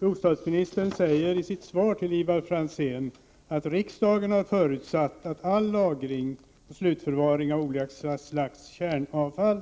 Herr talman! Bostadsministern säger i sitt svar till Ivar Franzén: ”Riksdagen har förutsatt att all lagring och slutförvaring av olika slags kärnavfall